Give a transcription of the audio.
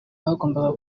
bagombaga